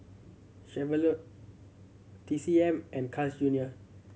Chevrolet T C M and Carl's Junior